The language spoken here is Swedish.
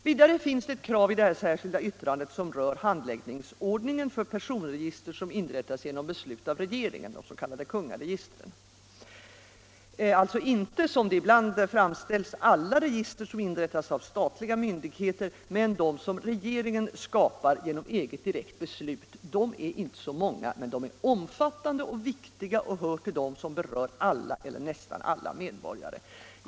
Vidare finns det ett krav i det här särskilda yttrandet som rör handläggningsordningen för personregister som inrättas genom beslut av regeringen; de s.k. kungaregistren — alltså inte, som det ibland framställts, alla register som inrättas av statliga myndigheter, utan de som regeringen skapar genom eget direkt beslut. De är inte många, men de är omfattande och viktiga, och de hör till dem som berör alla eller nästan alla medborgare.